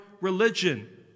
religion